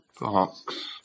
box